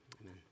Amen